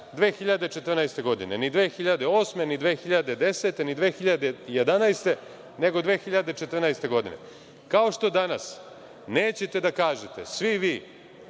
2014. godine. Ni 2008, ni 2010, ni 2011, nego 2014. godine. Kao što danas nećete da kažete, svi vi